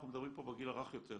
אנחנו מדברים פה בגיל הרך יותר,